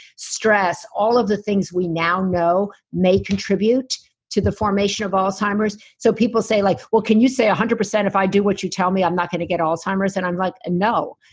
stress, all of the things we now know may contribute to the formation of alzheimer's. so, people say like, well can you say one hundred percent if i do what you tell me i'm not gonna get alzheimer's? and i'm like, no.